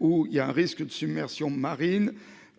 où il y a un risque de submersion marine